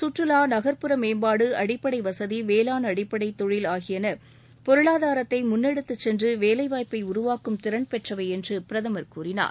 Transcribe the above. கற்றுலா நகர்ப்புற மேம்பாடு அடிப்படை வகதி வேளாண் அடிப்படை தொழில் ஆகியன பொருளாதாரத்தை முன்னெடுத்து சென்று வேலைவாய்ப்பை உருவாக்கும் திறன் பெற்றவை என்று பிரதமர் கூறினார்